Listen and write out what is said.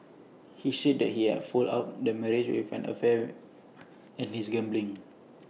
he said that he had fouled up their marriage with an affair and his gambling